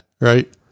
Right